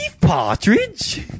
Partridge